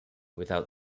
without